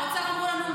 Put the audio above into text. האוצר אמר לנו: